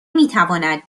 نمیتواند